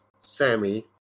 Sammy